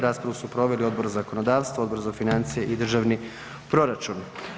Raspravu su proveli Odbor za zakonodavstvo, Odbor za financije i državni proračun.